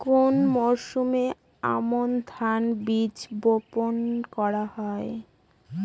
কোন মরশুমে আমন ধানের বীজ বপন করা হয়?